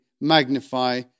magnify